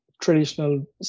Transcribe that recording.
traditional